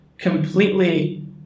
completely